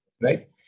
right